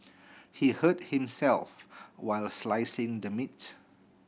he hurt himself while slicing the meat